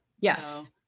Yes